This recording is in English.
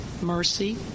mercy